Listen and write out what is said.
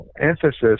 emphasis